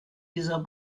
dieser